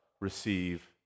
receive